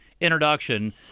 introduction